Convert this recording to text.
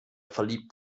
verliebt